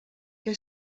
què